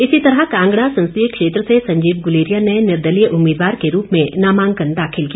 इसी तरह कांगड़ा संसदीय क्षेत्र से संजीव गुलेरिया ने निर्दलीय उम्मीदवार के रूप में नामांकन दाखिल किया